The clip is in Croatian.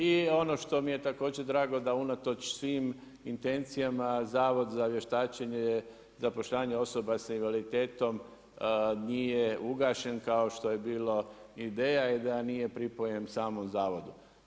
I ono što mi je također drago, da unatoč svim intencijama Zavod za vještačenje, zapošljavanje osoba sa invaliditetom nije ugašen kao što je bilo ideja i da nije pripojen samo zavodu.